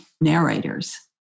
narrators